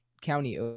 county